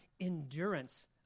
endurance